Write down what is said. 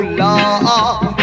love